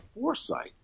foresight